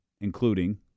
including